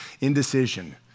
Indecision